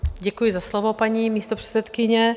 Děkuji za slovo, paní místopředsedkyně.